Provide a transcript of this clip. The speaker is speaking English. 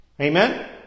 Amen